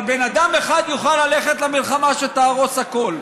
אבל בן אדם אחד יוכל ללכת למלחמה שתהרוס הכול.